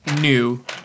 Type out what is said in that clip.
New